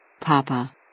Papa